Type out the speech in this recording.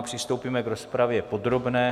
Přistoupíme k rozpravě podrobné.